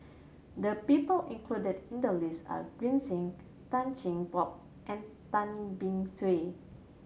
the people included in the list are Green Zeng Tan Cheng Bock and Tan Beng Swee